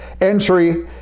Entry